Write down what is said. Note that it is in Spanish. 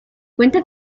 cuenta